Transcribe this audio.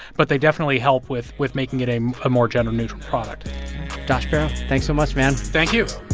but they definitely help with with making it a ah more gender-neutral product josh barro, thanks so much man thank you